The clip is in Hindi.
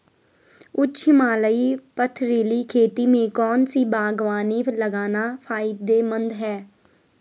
उच्च हिमालयी पथरीली खेती में कौन सी बागवानी लगाना फायदेमंद है?